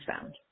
found